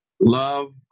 Love